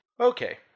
Okay